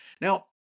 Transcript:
Now